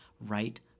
right